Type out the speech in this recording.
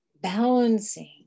balancing